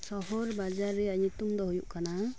ᱥᱚᱦᱚᱨ ᱵᱟᱡᱟᱨ ᱨᱮᱭᱟᱜ ᱧᱩᱛᱩᱢ ᱫᱚ ᱦᱳᱭᱳᱜ ᱠᱟᱱᱟ